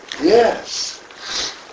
Yes